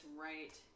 right